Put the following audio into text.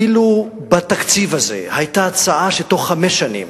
אילו היתה בתקציב הזה הצעה שבתוך חמש שנים